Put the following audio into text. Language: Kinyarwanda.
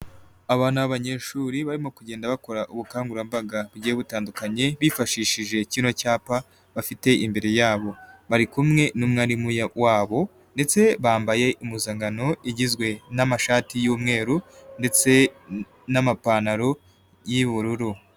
Aba abanyeshuri, barimo kugenda bakora ubukangurambaga bugiye butandukanye, bifashishije kino cyapa, bafite imbere yabo. Bari kumwe n'umwarimu wabo ndetse bambaye impuzankano igizwe n'amashati y'umweru ndetse n'amapantalo y'ubururu.